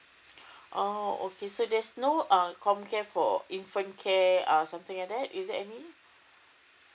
oh okay so there's no err comcare for infant care uh something like that is there any